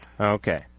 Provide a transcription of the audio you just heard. Okay